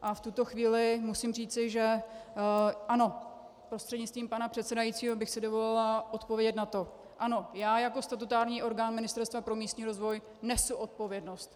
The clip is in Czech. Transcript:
A v tuto chvíli musím říci, že ano, prostřednictvím pana předsedajícího, bych si dovolila odpovědět na to, ano, já jako statutární orgán Ministerstva pro místní rozvoj nesu odpovědnost.